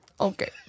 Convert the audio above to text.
Okay